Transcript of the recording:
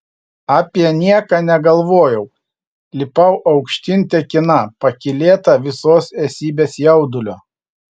apie nieką negalvojau lipau aukštyn tekina pakylėta visos esybės jaudulio